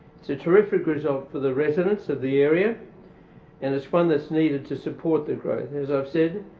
it's a terrific result for the residents of the area and it's one that's needed to support the growth. as i've said,